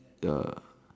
ya